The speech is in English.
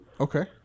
Okay